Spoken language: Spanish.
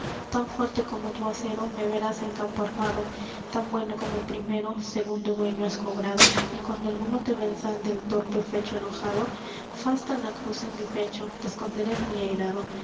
tan fuerte como tu acero me verás en campo armado tan bueno como el primero segundo dueño has cobrado y cuando alguno te venza del torpe fecho enojado fasta la cruz en mi pecho te esconderé muy airado